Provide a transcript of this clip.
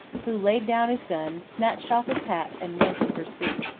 who laid down his gun, snatched off his hat, and went in pursuit.